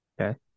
okay